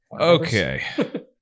Okay